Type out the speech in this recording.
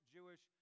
Jewish